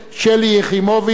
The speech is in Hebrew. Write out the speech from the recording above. בנושא: